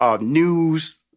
news